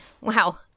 wow